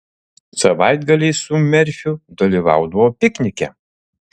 savaitgaliais su merfiu dalyvaudavo piknike